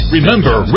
Remember